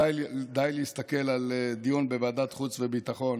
די להסתכל על דיון בוועדת החוק והביטחון